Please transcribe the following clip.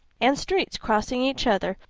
and streets crossing each other,